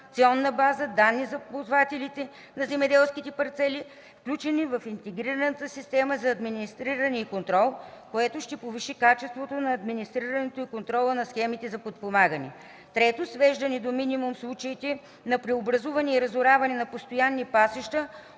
информационна база данни за ползвателите на земеделските парцели, включени в Интегрираната система за администриране и контрол, което ще повиши качеството на администрирането и контрола на схемите за подпомагане. 3. Свеждане до минимум случаите на преобразуване и разораване на постоянни пасища,